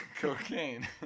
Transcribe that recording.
Cocaine